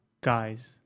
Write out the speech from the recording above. guys